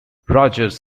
rodgers